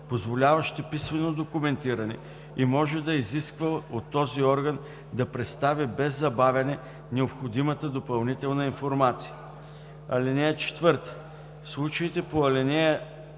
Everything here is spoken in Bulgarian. позволяващи писмено документиране, и може да изисква от този орган да предостави без забавяне необходимата допълнителна информация. (4) В случаите по ал.